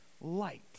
light